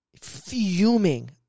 fuming